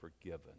forgiven